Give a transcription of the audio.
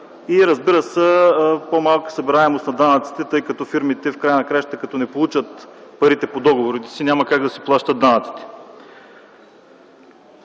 и, разбира се, по-малка събираемост на данъците, тъй като фирмите, в края на краищата като не получат парите по договорите си, няма как да си плащат данъците.